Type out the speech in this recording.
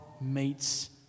meets